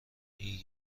این